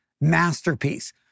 masterpiece